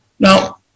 Now